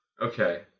Okay